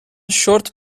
شرت